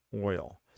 oil